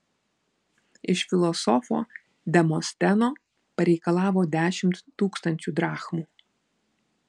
iš filosofo demosteno pareikalavo dešimt tūkstančių drachmų